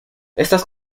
estas